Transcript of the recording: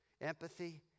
empathy